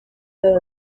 that